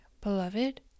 beloved